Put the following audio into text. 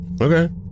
Okay